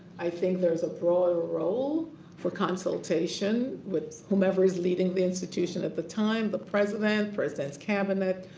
i think there is a broader role for consultation with whomever is leading the institution at the time, the president, president's cabinet,